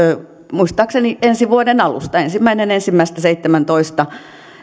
muistaakseni ensi vuoden alusta ensimmäinen ensimmäistä kaksituhattaseitsemäntoista